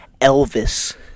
Elvis